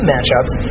matchups